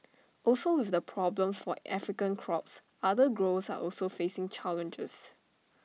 also with the problems for African crops other growers are also facing challenges